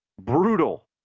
brutal